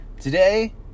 Today